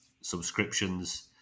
subscriptions